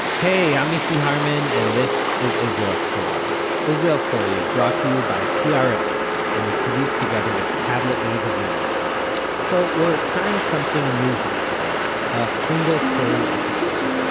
hey, i'm mishy harman, and this is israel story israel story is brought to you by prx, and is produced together with tablet magazine so we're trying something new here today, a single-story episode.